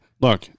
Look